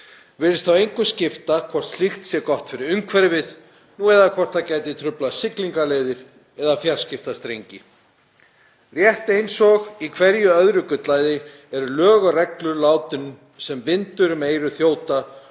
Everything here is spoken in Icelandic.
Virðist þá engu skipta hvort slíkt sé gott fyrir umhverfið eða hvort það gæti truflað siglingaleiðir eða fjarskiptastrengi. Rétt eins og í hverju öðru gullæði eru lög og reglur látin sem vind um eyru þjóta